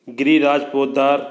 Giriraj Poddar